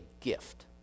gift